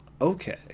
Okay